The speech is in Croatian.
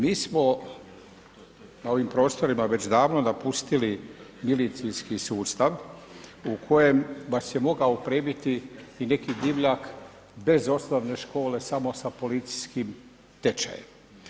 Mi smo na ovim prostorima već davno napustili milicijski sustav, u kojem vas je mogao prebiti i neki divljak, bez osnove škole, samo sa policijskim tečajem.